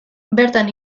bertan